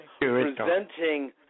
presenting